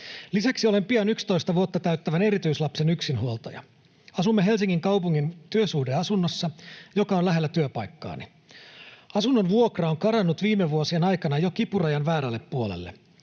Lisäksi olen pian 11 vuotta täyttävän erityislapsen yksinhuoltaja. Asumme Helsingin kaupungin työsuhdeasunnossa, joka on lähellä työpaikkaani. Asunnon vuokra on karannut viime vuosien aikana jo kipurajan väärälle puolelle.